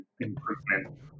improvement